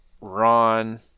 Ron